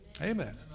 Amen